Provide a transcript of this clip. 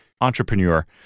Entrepreneur